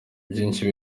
byinshi